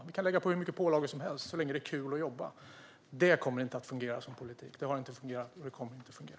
Ni kan lägga på hur mycket pålagor som helst så länge det är kul att jobba, men det kommer inte att fungera som politik. Det har inte fungerat, och det kommer inte att fungera.